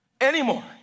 Anymore